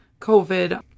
COVID